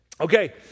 Okay